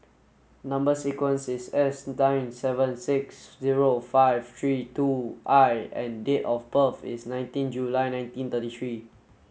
number sequence is S nine seven six zero five three two I and date of birth is nineteen July nineteen thirty three